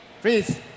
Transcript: please